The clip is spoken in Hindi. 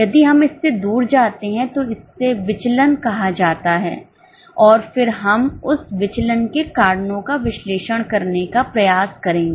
यदि हम इससे दूर जाते हैं तो इससे विचलन कहा जाता है फिर हम उस विचलन के कारणों का विश्लेषण करने का प्रयास करेंगे